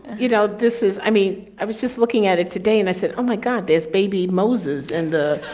you know, this is i mean, i was just looking at it today and i said, oh my god, there's baby moses in the